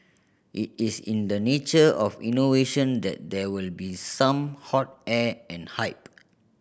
it is in the nature of innovation that there will be some hot air and hype